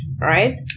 right